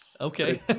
Okay